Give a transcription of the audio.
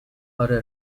آره